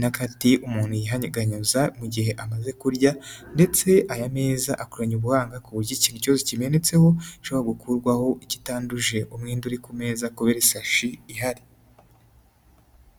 n'agati umuntu yihaganyuza mu gihe amaze kurya, ndetse aya meza akoranye ubuhanga ku buryo ikintu cyose kimenetseho gishobora gukurwaho kitanduje umwenda uri ku meza kubera isashi ihari.